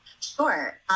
Sure